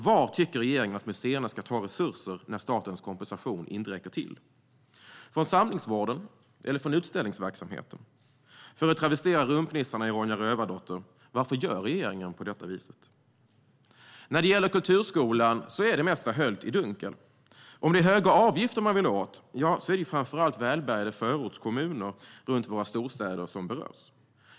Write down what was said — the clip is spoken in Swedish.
Var tycker regeringen att museerna ska ta resurser när statens kompensation inte räcker till? Är det från samlingsvården eller från utställningsverksamheten? För att travestera rumpnissarna i Ronja Rövardotter : Varför gör regeringen på detta viset? När det gäller kulturskolan är det mesta höljt i dunkel. Om det är höga avgifter man vill åt är det framför allt välbärgade förortskommuner runt våra storstäder som berörs.